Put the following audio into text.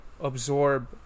Absorb